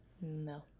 No